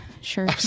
Sure